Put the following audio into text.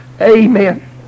Amen